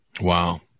Wow